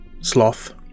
sloth